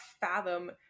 fathom